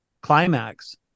climax